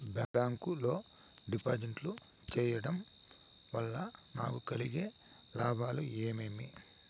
Bank లో డిపాజిట్లు సేయడం వల్ల నాకు కలిగే లాభాలు ఏమేమి?